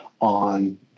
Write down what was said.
on